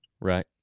Right